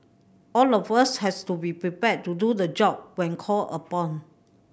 all of us has to be prepared to do the job when called upon